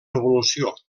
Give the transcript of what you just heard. evolució